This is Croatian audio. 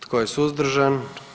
Tko je suzdržan?